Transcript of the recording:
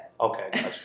Okay